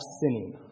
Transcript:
sinning